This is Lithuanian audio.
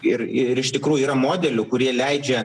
ir ir iš tikrųjų yra modelių kurie leidžia